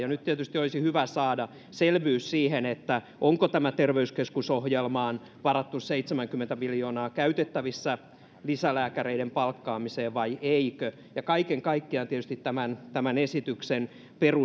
nyt tietysti olisi hyvä saada selvyys siihen onko tämä terveyskeskusohjelmaan varattu seitsemänkymmentä miljoonaa käytettävissä lisälääkäreiden palkkaamiseen vai ei kaiken kaikkiaan tietysti tämän tämän esityksen